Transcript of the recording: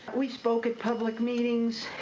we spoke at public meetings,